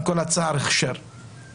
עם כל הצער שבדבר.